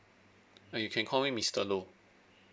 uh you can call me mister low